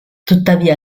tuttavia